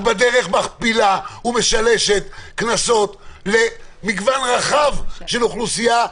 בדרך את מכפילה ומשלשת קנסות למגוון רחב של אוכלוסייה,